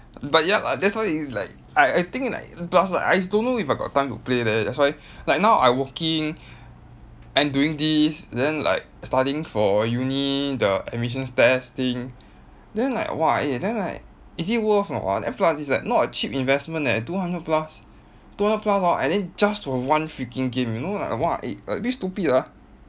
but ya lah that's why like I I think like plus like I don't know if I got time to play leh that's why like now I working and doing this then like studying for uni the admissions test thing then like !wah! eh then like is it worth or not ah then plus it's like not a cheap investment eh two hundred plus two hundred plus hor and then just for one freaking game you know like !wah! eh a bit stupid ah